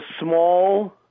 small